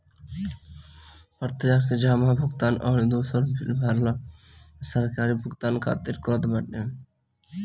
प्रत्यक्ष जमा भुगतान अउरी दूसर बिल भरला अउरी सरकारी भुगतान खातिर करत बाटे